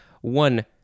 One